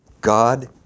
God